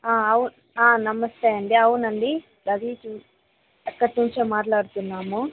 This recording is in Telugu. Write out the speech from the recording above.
అవు నమస్తే అండి అవునండి అది చూ అక్కటి నుంచే మాట్లాడుతున్నాము